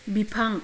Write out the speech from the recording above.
बिफां